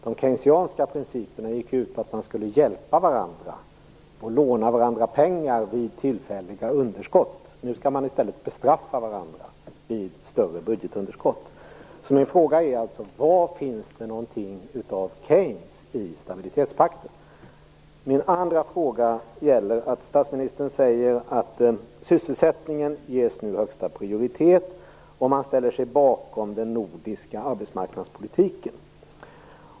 De keynesianska principerna gick ut på att man skulle hjälpa varandra och låna varandra pengar vid tillfälliga underskott. Nu skall man i stället bestraffa varandra vid större budgetunderskott. Min fråga är: Vad finns det av Keynes i stabilitetspakten? Jag har också en annan fråga. Statsministern säger att sysselsättningen nu ges högsta prioritet, och man ställer sig bakom den nordiska arbetsmarknadspolitiken.